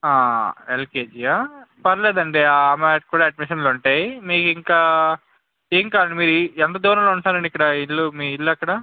ఎల్కేజియా పర్లేదు అండి ఆమెకి కూడా అడ్మిషన్లు ఉంటాయి మీకు ఇంకా ఏం కాదు మీరు ఎంత దూరంలో ఉంటున్నారు అండి మీరు ఇక్కడ ఇల్లు మీ ఇల్లు ఎక్కడ